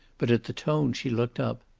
but at the tone she looked up.